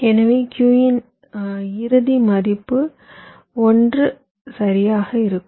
எனவே Q இன் இறுதி மதிப்பு 1 சரியாக இருக்கும்